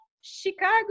Chicago